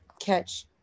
catch